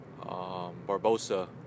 barbosa